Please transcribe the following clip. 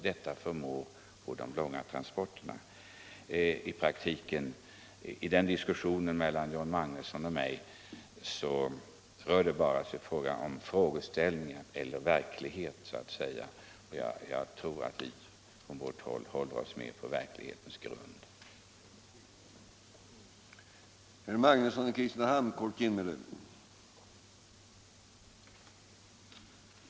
Diskussionen på denna punkt mellan herr Magnusson i Kristinehamn och mig gäller hur vi ser på den föreliggande verkligheten. Jag tror att vi på vårt håll står fastare på verklighetens grund.